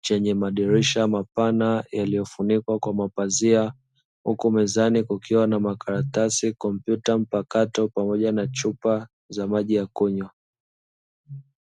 chenye madirisha mapana yaliyofunikwa kwa mapazia, huku mezani kukiwa na makaratasi, kompyuta mpakato pamoja na chupa za maji ya kunywa.